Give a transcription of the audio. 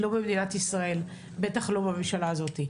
לא במדינת ישראל, בטח לא בממשלה הזאת.